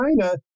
China